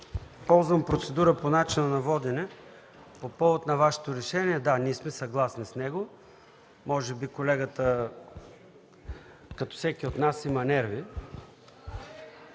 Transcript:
Ползвам процедура по начина на водене по повод на Вашето решение. Да, ние сме съгласни с него. Може би колегата, като всеки от нас, има нерви.